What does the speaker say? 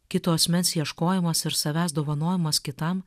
kito asmens ieškojimas ir savęs dovanojimas kitam